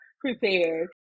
prepared